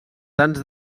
tants